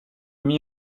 mis